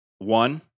One